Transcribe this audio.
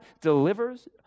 delivers